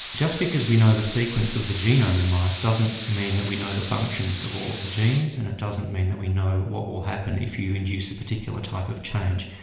just because we know the sequence of the genome in mice doesn't mean that we know the functions of all of the genes and it doesn't mean that we know what will happen if you induce a particular type of change.